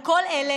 על כל אלה